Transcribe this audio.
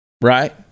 right